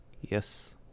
Yes